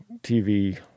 TV